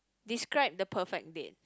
describe the perfect date